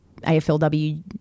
AFLW